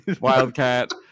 Wildcat